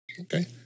Okay